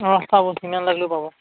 অঁ পাবো যিমান লাগিলেও পাবো